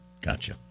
Gotcha